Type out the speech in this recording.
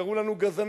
קראו לנו "גזענים",